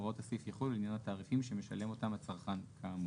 הוראות הסעיף יחולו לעניין התעריפים שמשלם אותם הצרכן כאמור".